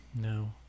No